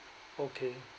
okay